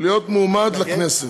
להיות מועמד לכנסת.